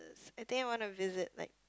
I think I want to visit like